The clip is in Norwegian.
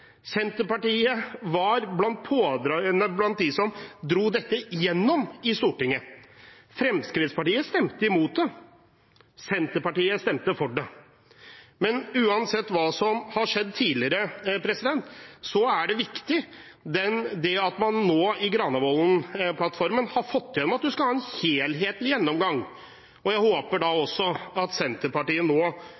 Senterpartiet satt i regjeringen som laget disse reglene. Senterpartiet var blant dem som dro dette igjennom i Stortinget. Fremskrittspartiet stemte imot det. Senterpartiet stemte for det. Men uansett hva som har skjedd tidligere, er det viktig at man i Granavolden-plattformen har fått igjennom at man skal ha en helhetlig gjennomgang. Jeg håper